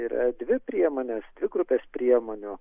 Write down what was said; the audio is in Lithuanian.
yra dvi priemonės dvi grupės priemonių